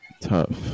tough